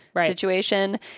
situation